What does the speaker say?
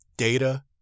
Data